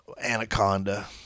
Anaconda